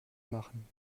machen